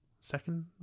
second